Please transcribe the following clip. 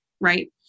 right